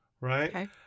right